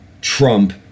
Trump